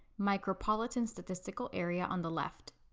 micropolitan statistical area on the left.